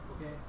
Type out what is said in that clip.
okay